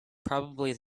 probably